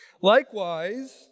Likewise